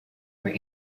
were